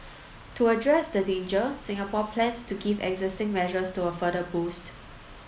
to address the danger Singapore plans to give existing measures to a further boost